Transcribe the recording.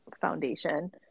foundation